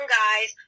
guys